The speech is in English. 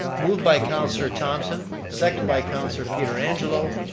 moved by counselor thompson, second by counselor pietrangelo.